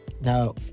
now